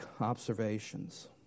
observations